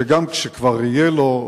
שגם כשכבר יהיה לו,